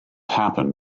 happen